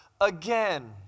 again